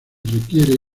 requiere